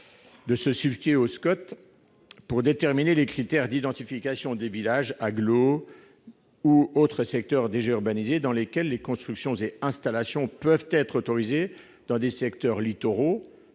de se substituer au SCOT pour déterminer les critères d'identification des villages, agglomérations et autres secteurs déjà urbanisés, dans lesquels les constructions et installations peuvent être autorisées dans les secteurs littoraux,